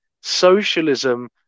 socialism